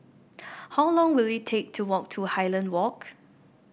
how long will it take to walk to Highland Walk